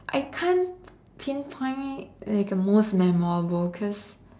I can't pinpoint like a most memorable coz